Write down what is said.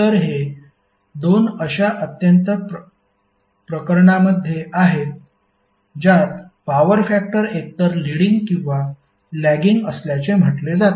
तर हे 2 अशा अत्यंत प्रकरणामध्ये आहेत ज्यात पॉवर फॅक्टर एकतर लीडिंग किंवा लॅगिंग असल्याचे म्हटले जाते